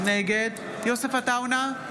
נגד יוסף עטאונה,